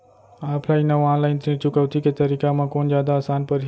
Offline अऊ online ऋण चुकौती के तरीका म कोन जादा आसान परही?